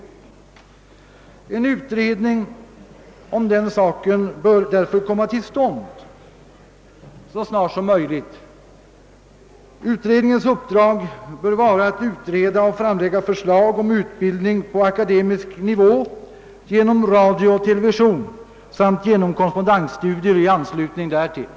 En utredning bör därför komma till stånd så snart som möjligt. Dennas uppgift bör vara att utreda och framlägga förslag om utbildning på akademisk nivå genom radio och television samt genom korrespondensstudier i anslutning därtill.